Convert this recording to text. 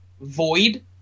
void